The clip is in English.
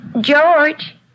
George